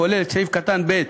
הכולל את סעיף קטן (ב),